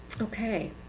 Okay